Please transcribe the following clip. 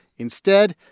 instead,